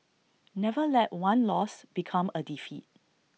never let one loss become A defeat